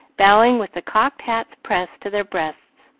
bowing with the cocked hats pressed to their breasts,